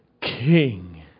king